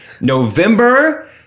November